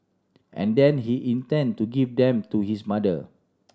and then he intend to give them to his mother